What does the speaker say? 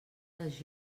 les